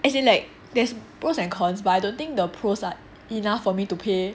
as in like there's pros and cons but I don't think the pros are enough for me to pay